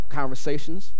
conversations